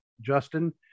justin